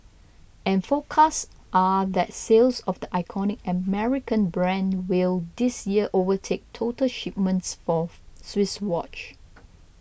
and forecasts are that sales of the iconic American brand will this year overtake total shipments of Swiss watch